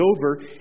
over